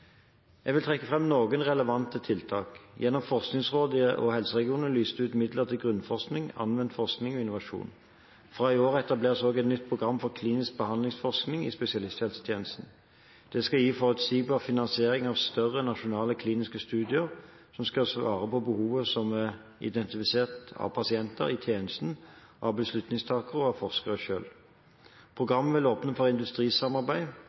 Jeg vil trekke fram noen relevante tiltak. Gjennom Forskningsrådet og helseregionene er det lyst ut midler til grunnforskning, anvendt forskning og innovasjon. Fra i år etableres også et nytt program for klinisk behandlingsforskning i spesialisthelsetjenesten. Det skal gi forutsigbar finansiering av større, nasjonale kliniske studier som skal svare på behov som er identifisert av pasienter, i tjenesten, av beslutningstakere og av forskere selv. Programmet vil åpne for industrisamarbeid,